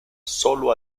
sólo